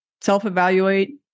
self-evaluate